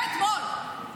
מאתמול,